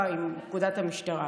עם פקודת המשטרה.